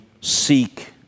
seek